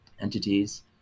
entities